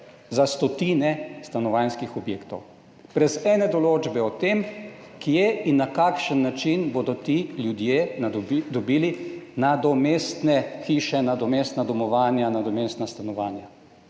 za stotine stanovanjskih objektov brez ene določbe o tem, kje in na kakšen način bodo ti ljudje dobili nadomestne hiše, nadomestna domovanja, nadomestna stanovanja,